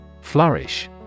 Flourish